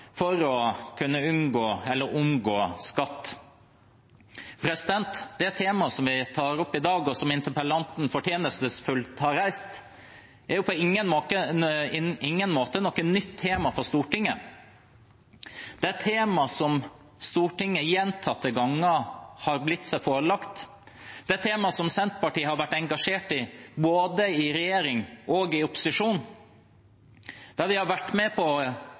for å unngå eller omgå skatt. Det temaet vi tar opp i dag, og som interpellanten fortjenestefullt har reist, er på ingen måte noe nytt tema for Stortinget. Dette er et tema som Stortinget gjentatte ganger har fått seg forelagt. Det er et tema som Senterpartiet har vært engasjert i både i regjering og i opposisjon. Vi har vært med på